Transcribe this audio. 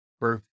birth